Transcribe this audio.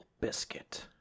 Biscuit